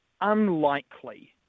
unlikely